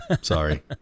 Sorry